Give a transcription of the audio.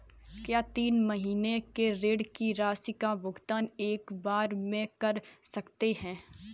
क्या तीन महीने के ऋण की राशि का भुगतान एक बार में कर सकते हैं?